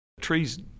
Trees